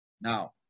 Now